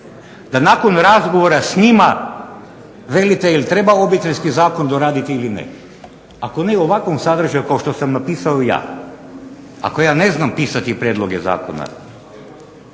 da nakon razgovora s njima velite da li treba obiteljski zakon doraditi ili ne. Ako ne u ovakvom sadržaju kao što sam napisao ja, ako ja ne znam pisati prijedloge Zakona,